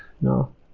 no